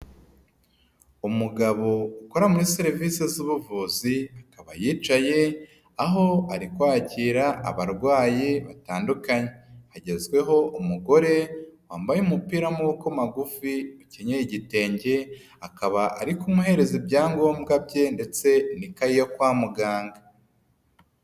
Umugabo ukora muri serivisi z'ubuvuzi, akaba yicaye aho ari kwakira abarwayi batandukanye. Hagezweho umugore wambaye umupira w'amaboko magufi ukenye igitenge, akaba ari kumuhereza ibyangombwa bye ndetse n'ikayi yo kwa muganga.